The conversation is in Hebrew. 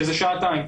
שזה שעתיים.